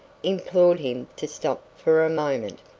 implored him to stop for a moment.